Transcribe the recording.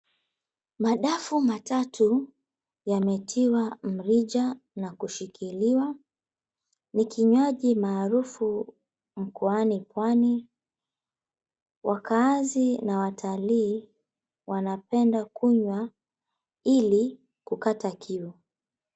Madafu matatu yametiwa mrija na kushikiliwa. Ni kinywaji maarufu mkoani pwani. Wakaazi na watalii wanapenda kunywa ili kukata kiu.